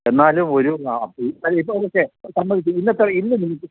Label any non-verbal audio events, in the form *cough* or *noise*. എന്നാലും ഒരു *unintelligible* തൊക്കെ സമ്മതിച്ചു ഇന്നത്തെ ഇന്നു നിങ്ങള്ക്ക്